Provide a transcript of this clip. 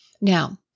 Now